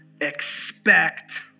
expect